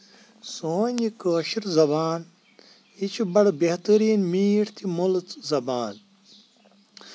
سٲنۍ یہِ کٲشِر زَبان یہِ چھےٚ بَڑٕ بہتریٖن میٖٹھ تہٕ مولژ زَبان